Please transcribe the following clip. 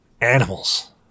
animals